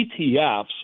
ETFs